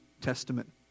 testament